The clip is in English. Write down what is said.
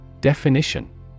Definition